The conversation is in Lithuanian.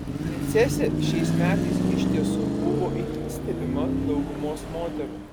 princesė šiais metais iš tiesų buvo itin stebima daugumos moterų